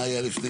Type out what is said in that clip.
מה היה לפני?